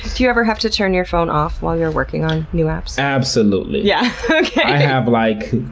do you ever have to turn your phone off while you're working on new apps? absolutely. yeah i have like,